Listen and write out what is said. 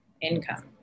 income